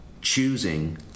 choosing